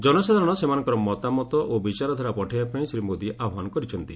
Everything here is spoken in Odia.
ଜନସାଧାରଣ ସେମାନଙ୍କର ମତାମତ ଓ ବିଚାରଧାରା ପଠାଇବାପାଇଁ ଶ୍ରୀ ମୋଦି ଆହ୍ୱାନ କରିଛନ୍ତି